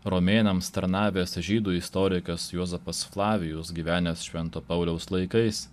romėnams tarnavęs žydų istorikas juozapas flavijus gyvenęs švento pauliaus laikais